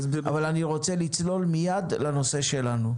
אבל אני רוצה לצלול מיד לנושא שלנו.